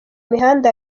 mihanda